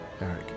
Eric